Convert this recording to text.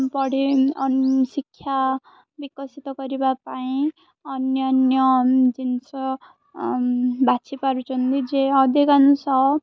ପଢ଼େ ଶିକ୍ଷା ବିକଶିତ କରିବା ପାଇଁ ଅନ୍ୟାନ୍ୟ ଜିନିଷ ବାଛି ପାରୁଛନ୍ତି ଯେ ଅଧିକାଂଶ